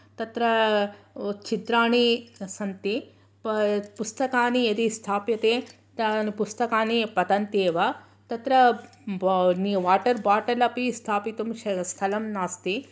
तत्र छिद्राणि सन्ति पुस्तकानि यदि स्थाप्यते तान् पुस्तकानि पतन्ति एव तत्र वाटर् बाटल् अपि स्थापितुं स्थलं नास्ति